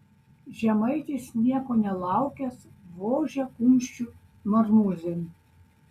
žemaitis nieko nelaukęs vožia kumščiu marmūzėn